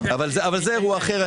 אבל זה דבר אחר.